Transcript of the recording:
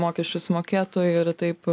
mokesčius mokėtų ir taip